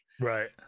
Right